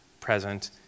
present